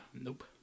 Nope